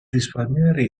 risparmiare